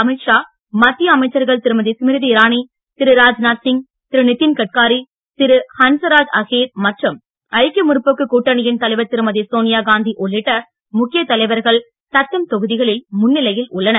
Amit Shah மத்தியஅமைச்சர்கள்திருமதிஸ்மிருதிஇரானி Thiru Rajnath Singh Thiru Nitin Gadkari Thiru ஹன்சராஜ்அஹிர்மற்றும்ஐக்கியமுற்போக்குக்கூட்டணியின்தலைவர்திரு மதிசோனியாகாந்திஉள்ளிட்டமுக்கியத்தலைவர்கள்தத்தம்தொகுதிகளில்மு ன்னிலையில்உள்ளனர்